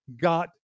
got